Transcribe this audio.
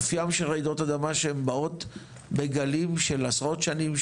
אופיין של רעידות האדמה שהן באות בגלים של עשרות שנים,